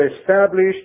established